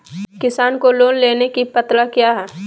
किसान को लोन लेने की पत्रा क्या है?